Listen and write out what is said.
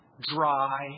dry